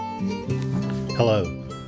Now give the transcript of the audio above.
Hello